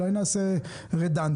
אולי נעשה גודש,